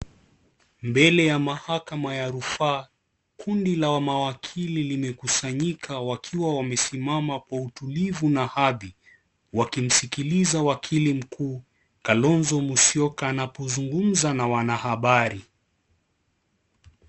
Mbele ya mahakama ya rufaa, kundi la wa mawakili limekusanyika wakiwa wamesimama kwa utulivu na hadi, wakimsikiliza wakili mkuu, Kalonzo Musyoka anapuzungumza na wanahabari.